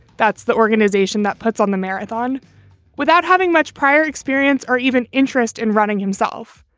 that's the organization that puts on the marathon without having much prior experience or even interest in running himself.